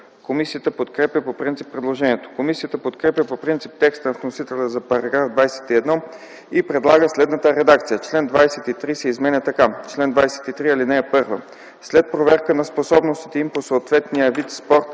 Комисията подкрепя по принцип предложението. Комисията подкрепя по принцип текста на вносителя за § 21 и предлага следната редакция: „§... Член 23 се изменя така: „Чл. 23. (1) След проверка на способностите им по съответния вид спорт